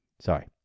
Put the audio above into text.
Sorry